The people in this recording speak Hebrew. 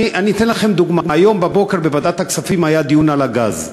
אני אתן לכם דוגמה: היום בבוקר היה בוועדת הכספים דיון על הגז.